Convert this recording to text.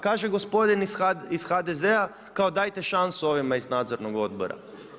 Kaže gospodin iz HDZ-a, kao dajte šansu ovima iz nadzornog odbora.